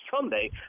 Sunday